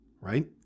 right